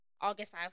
August